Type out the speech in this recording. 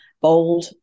bold